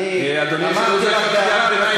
אמרתי לך בעבר,